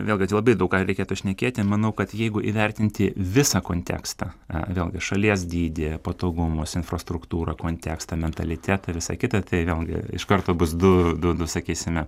vėlgi tai labai daug ką reikėtų šnekėti manau kad jeigu įvertinti visą kontekstą vėlgi šalies dydį patogumus infrastruktūrą kontekstą mentalitetą visa kita tai vėl gi iš karto bus du du du sakysime